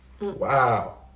Wow